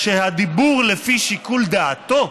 הדיבור "לפי שיקול דעתו"